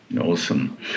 Awesome